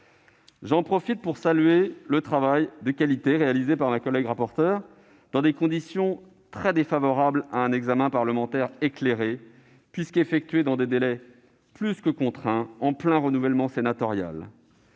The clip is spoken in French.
J'en profite pour saluer le travail de qualité réalisé par ma collègue rapporteure, dans des conditions très défavorables à un examen parlementaire éclairé, puisqu'elle l'a réalisé dans des délais plus que contraints et en plein renouvellement sénatorial.